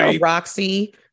Roxy